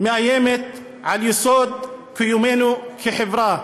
מאיימת על יסוד קיומנו כחברה.